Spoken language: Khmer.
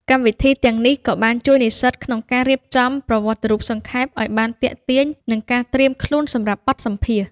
កម្មវិធីទាំងនេះក៏បានជួយនិស្សិតក្នុងការរៀបចំ ប្រវត្តិរូបសង្ខេប ឱ្យបានទាក់ទាញ និងការត្រៀមខ្លួនសម្រាប់បទសម្ភាសន៍។